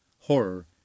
horror